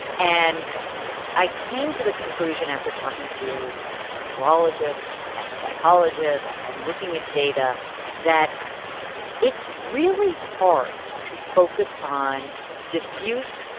and i came to the conclusion after talking to neurologists and psychologists and looking at data that it's really hard to focus on diffuse,